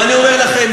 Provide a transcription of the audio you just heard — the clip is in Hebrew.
ואני אומר לכם,